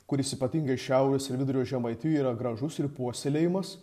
kuris ypatingai šiaurės ir vidurio žemaitijoj yra gražus ir puoselėjamas